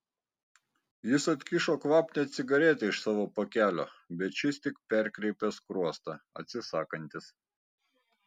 jis atkišo kvapnią cigaretę iš savo pakelio bet šis tik perkreipė skruostą atsisakantis